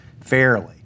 fairly